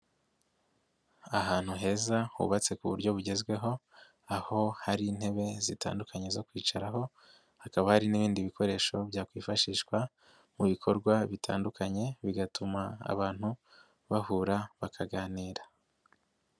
Ahantu heza hubatse ku buryo bugezweho, aho hari intebe zitandukanye zo kwicaraho, hakaba hari n'ibindi bikoresho, byakwifashishwa mu bikorwa bitandukanye, bigatuma abantu bahura bakaganira.